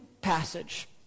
passage